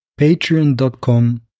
patreon.com